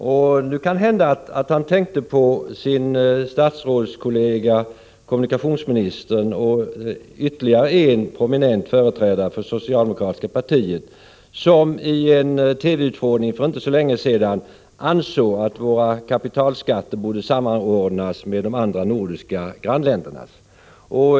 Det kan hända att han tänkte på sin statsrådskollega kommunikationsministern och ytterligare en prominent representant för socialdemokratiska partiet, som för inte så länge sedan i en TV-utfrågning ansåg att våra kapitalskatter borde samordnas med de andra nordiska ländernas.